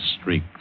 streak